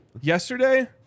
Yesterday